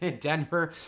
Denver